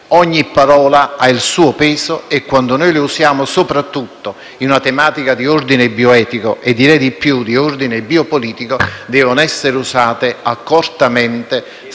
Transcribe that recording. Ogni parola ha il suo peso e quando noi le utilizziamo soprattutto in una tematica di ordine biologico e, direi di più, di ordine biopolitico esse devono essere usate accortamente,